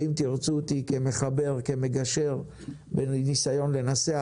ואם תרצו אותי כמחבר, כמגשר בניסיון לנסח,